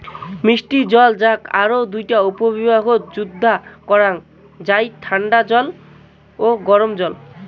মিষ্টি জল যাক আরও দুইটা উপবিভাগত যুদা করাং যাই ঠান্ডা জল ও গরম জল